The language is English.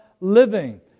living